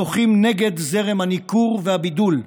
שוחים נגד זרם הניכור והבידול.